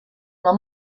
nom